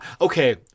Okay